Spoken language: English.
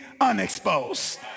unexposed